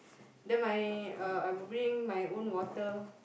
then my uh I will bring my own water